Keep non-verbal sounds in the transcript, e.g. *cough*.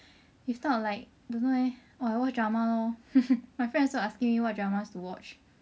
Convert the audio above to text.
if not like don't know eh !wah! watch drama lor *laughs* my friend also asking me what dramas to watch